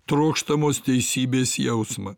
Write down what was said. trokštamos teisybės jausmą